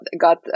got